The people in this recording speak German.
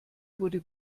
wurde